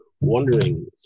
Wondering